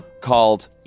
called